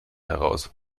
heraus